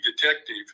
detective